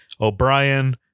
O'Brien